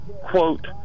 quote